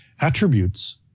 attributes